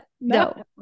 No